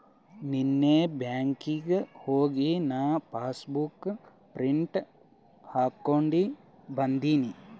ನೀನ್ನೇ ಬ್ಯಾಂಕ್ಗ್ ಹೋಗಿ ನಾ ಪಾಸಬುಕ್ ಪ್ರಿಂಟ್ ಹಾಕೊಂಡಿ ಬಂದಿನಿ